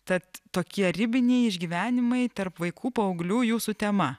tad tokie ribiniai išgyvenimai tarp vaikų paauglių jūsų tema